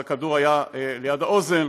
אז הכדור היה ליד האוזן.